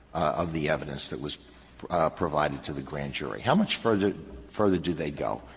of the evidence that was provided to the grand jury? how much further further do they go?